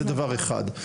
זה דבר אחד.